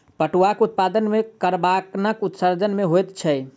पटुआक उत्पादन मे कार्बनक उत्सर्जन नै होइत छै